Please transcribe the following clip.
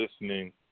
listening